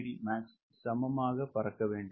866LDmax சமமாக பறக்க வேண்டும்